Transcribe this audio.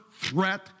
threat